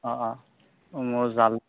অঁ অঁ মোৰ জাল